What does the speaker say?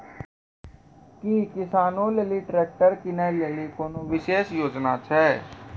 कि किसानो लेली ट्रैक्टर किनै लेली कोनो विशेष योजना छै?